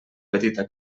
petita